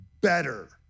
better